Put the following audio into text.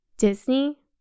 Disney